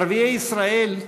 ערביי ישראל,